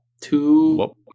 Two